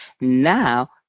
now